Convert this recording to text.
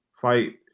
fight